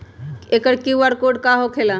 एकर QR code का होकेला?